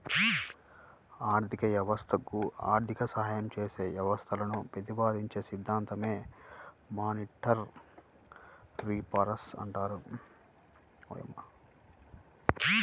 ఆర్థిక వ్యవస్థకు ఆర్థిక సాయం చేసే వ్యవస్థలను ప్రతిపాదించే సిద్ధాంతమే మానిటరీ రిఫార్మ్